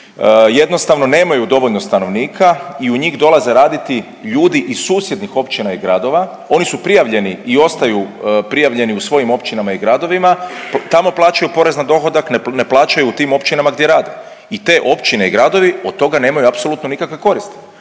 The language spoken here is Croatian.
jednostavno nemaju dovoljno stanovnika i u njih dolaze raditi ljudi iz susjednih općina i gradova. Oni su prijavljeni i ostaju prijavljeni u svojim općinama i gradovima, tamo plaćaju porez na dohodak, ne plaćaju u tim općinama gdje rade. I te općine i gradovi od toga nemaju apsolutno nikakve koristi.